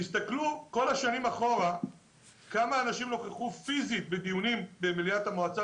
תסתכלו כל השנים אחורה כמה אנשים נכחו פיזית בדיונים במליאת המועצה.